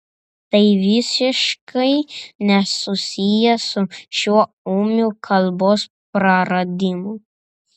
tai visiškai nesusiję su šiuo ūmiu kalbos praradimu